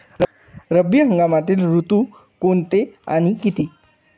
रब्बी हंगामातील ऋतू कोणते आणि किती?